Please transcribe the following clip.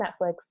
Netflix